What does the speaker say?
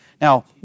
Now